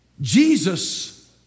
Jesus